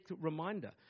reminder